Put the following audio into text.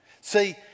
See